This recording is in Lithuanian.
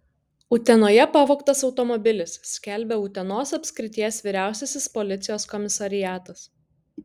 utenoje pavogtas automobilis skelbia utenos apskrities vyriausiasis policijos komisariatas